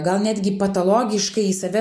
gal netgi patologiškai į save